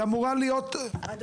היא אמורה להיות --- אדוני,